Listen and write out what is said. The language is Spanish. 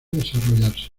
desarrollarse